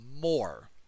more